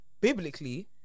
biblically